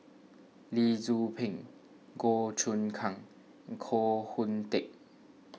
Lee Tzu Pheng Goh Choon Kang and Koh Hoon Teck